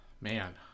man